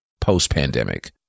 post-pandemic